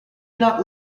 not